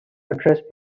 address